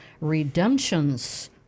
Redemptions